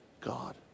God